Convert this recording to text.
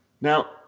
Now